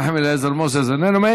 חבר הכנסת מנחם אליעזר מוזס איננו.